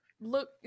look